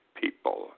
people